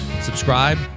Subscribe